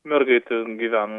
mergaitė gyven